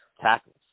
tackles